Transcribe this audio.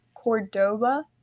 Cordoba